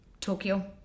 Tokyo